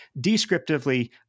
Descriptively